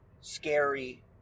scary